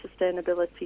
sustainability